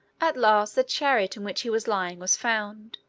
at last the chariot in which he was lying was found.